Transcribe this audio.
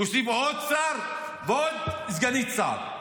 הוסיפו עוד שר ועוד סגנית שר.